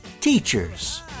teachers